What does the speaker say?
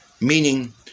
Meaning